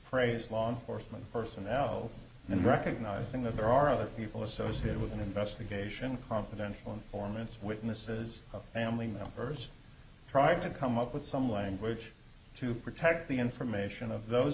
phrase law enforcement personnel and recognizing that there are other people associated with an investigation confidential informants witnesses of family members trying to come up with some language to protect the information of those